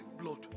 blood